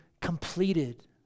completed